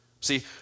See